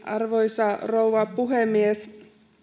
arvoisa rouva puhemies